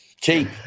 Cheap